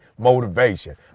motivation